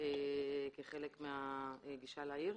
כחלק מהגישה לעיר.